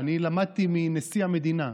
אני למדתי מנשיא המדינה,